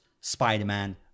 Spider-Man